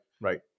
right